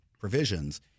provisions